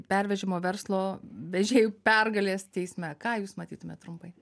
pervežimo verslo vežėjų pergalės teisme ką jūs matytumėt trumpai